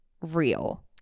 real